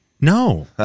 No